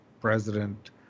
President